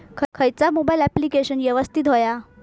खयचा mobile application यवस्तित होया?